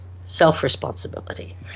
self-responsibility